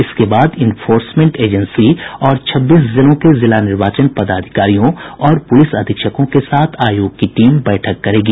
इसके बाद enforcement agency और छब्बीस जिलों के जिला निर्वाचन पदाधिकारियों और पुलिस अधीक्षकों के साथ आयोग की टीम बैठक करेगी